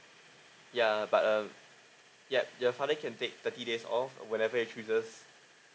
ya but uh yup your father can take thirty days off whenever it chooses